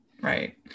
right